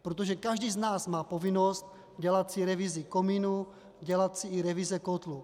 Protože každý z nás má povinnost dělat si revizi komínu, dělat si i revize kotlů.